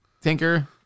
Tinker